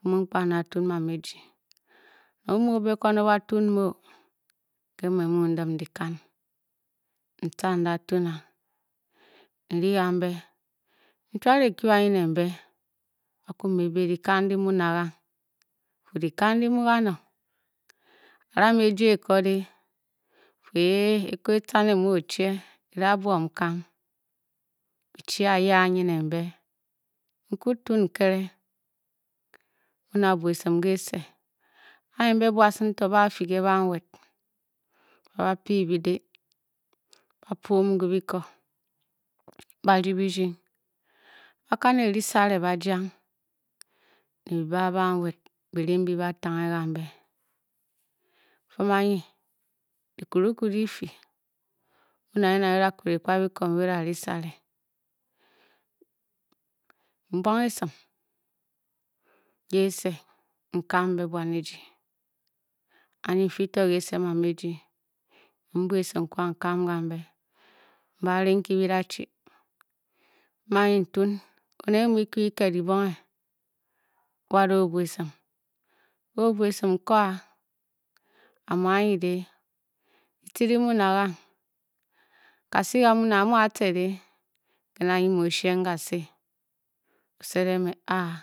Mig kpa n-da tun mama ejii, nang o-o mu o-be kwan o-ba tuun meo nke më mmu n-din dyikan, n-tca n-da tun a. n-ni gambe. n-diuad e-kujiu anyi ne mbe ba kwu me e-bė dyikan di mu na gang? a-da me e-jia eko dê? n-fu eeh eko, e-tca nè mu oćhe, e-da buem nkan. Byi-chi aya anyi ne mbe, n-kuni tuun nkere mu n-da bua esim kese. anyi be buasung to ba- fii ke banwed. ba bà pei byidê ba- pwo omu ke bíkò bà- ndi binding, ba-kan e-ri sane ba tanghe gambé film anyi. diku rukwie dyifui byi wped e-kpa biko mbyi o-da ri sare m buang e-sin kese n-kam mbe buan ejii. anyi n-fii to kese mama ejii. m-ba ri nki byi da-chi Fum anyi ntuun oned mu bi muu kyu kiked dibonghe wada o-o bua esim, a-o bua esim n-ko a. a-muu anyi dê? Ditce di muu na gang? Kasi kà-muu na. a-a-mu a-tce dê. ke na. nyi mu o-shieng kasê. o-sedeng mê aaah.